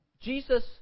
Jesus